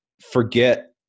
forget